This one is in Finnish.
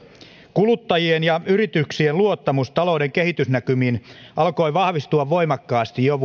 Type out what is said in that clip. kuluttajien ja yrityksien luottamus talouden kehitysnäkymiin alkoi vahvistua voimakkaasti jo